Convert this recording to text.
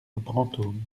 brantôme